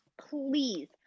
please